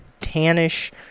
tannish